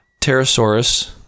pterosaurus